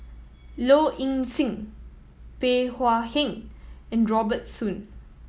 Low Ing Sing Bey Hua Heng and Robert Soon